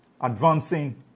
advancing